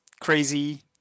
crazy